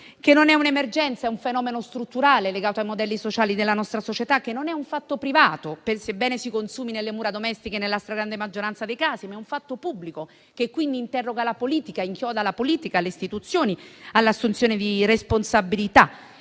che non è un'emergenza, ma è un fenomeno strutturale legato ai modelli sociali della nostra società; che non è un fatto privato, sebbene si consumi nelle mura domestiche nella stragrande maggioranza dei casi. È invece un fatto pubblico, che quindi interroga e inchioda la politica e le istituzioni all'assunzione di responsabilità,